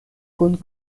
kun